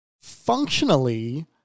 Functionally